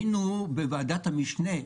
בוועדת המשנה,